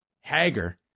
Hager